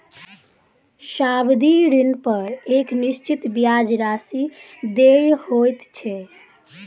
सावधि ऋणपर एक निश्चित ब्याज राशि देय होइत छै